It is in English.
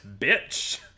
bitch